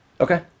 Okay